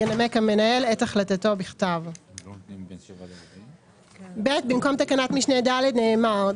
ינמק המנהל את החלטתו בכתב."; (ב) במקום תקנת משנה (ד) נאמר: